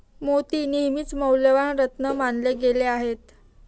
मोती नेहमीच मौल्यवान रत्न मानले गेले आहेत